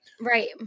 Right